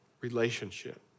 relationship